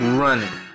running